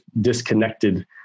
disconnected